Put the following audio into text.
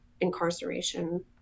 incarceration